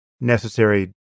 necessary